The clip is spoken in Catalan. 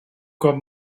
cop